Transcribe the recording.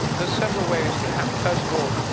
there's several ways that happened. first of all,